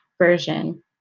version